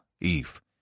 Eve